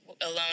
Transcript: alone